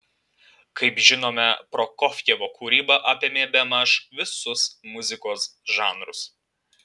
kaip žinome prokofjevo kūryba apėmė bemaž visus muzikos žanrus